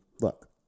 look